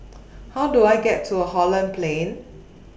How Do I get to Holland Plain